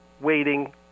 waiting